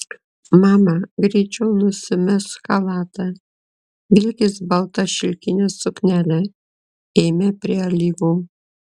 mama greičiau nusimesk chalatą vilkis baltą šilkinę suknelę eime prie alyvų